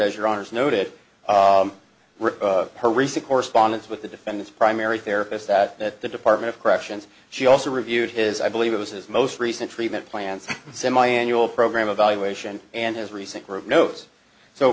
as your honour's noted her recent correspondence with the defend this primary therapist that that the department of corrections she also reviewed his i believe it was his most recent treatment plans semiannual program evaluation and his recent group knows so